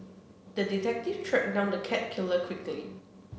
the detective tracked down the cat killer quickly